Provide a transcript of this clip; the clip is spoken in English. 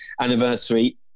anniversary